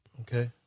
Okay